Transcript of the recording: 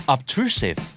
Obtrusive